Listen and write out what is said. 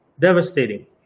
devastating